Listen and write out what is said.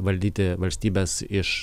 valdyti valstybės iš